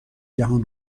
جهان